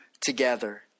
together